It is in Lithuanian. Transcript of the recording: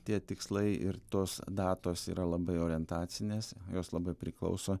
tie tikslai ir tos datos yra labai orientacinės jos labai priklauso